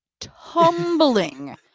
tumbling